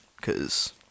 Cause